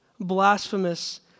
blasphemous